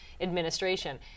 administration